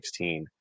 2016